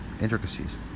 Intricacies